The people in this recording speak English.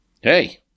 hey